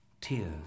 Tears